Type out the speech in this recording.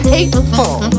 Hateful